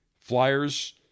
Flyers